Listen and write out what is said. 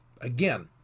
again